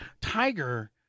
Tiger